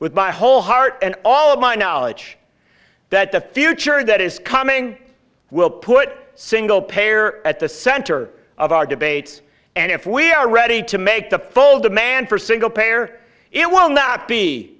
with my whole heart and all of my knowledge that the future that is coming will put single payer at the center of our debates and if we are ready to make the full demand for single payer it will not be